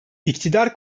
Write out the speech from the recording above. i̇ktidar